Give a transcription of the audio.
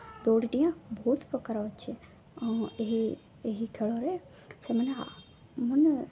ଦୌଡ଼ି ଡିଆଁ ବହୁତ ପ୍ରକାର ଅଛି ଏହି ଏହି ଖେଳରେ ସେମାନେ ମାନେ